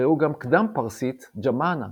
ראו גם קדם-פרסית ג'מנא